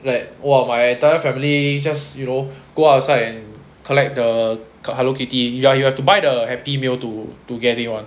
like !whoa! my entire family just you know go outside and collect the ca~ hello kitty you uh you have to buy the happy meal to to get it [one]